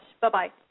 Bye-bye